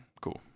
cool